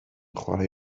chwarae